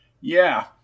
Yeah